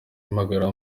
impagarara